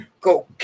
Go